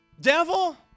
Devil